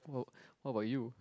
what what about you